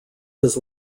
his